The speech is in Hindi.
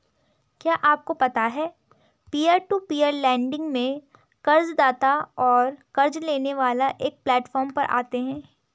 क्या आपको पता है पीयर टू पीयर लेंडिंग में कर्ज़दाता और क़र्ज़ लेने वाला एक प्लैटफॉर्म पर आते है?